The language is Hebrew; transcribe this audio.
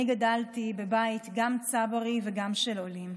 אני גדלתי בבית גם צברי וגם של עולים.